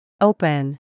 Open